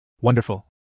Wonderful